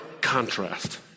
contrast